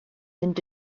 mynd